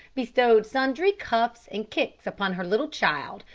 bestowed sundry cuffs and kicks upon her little child,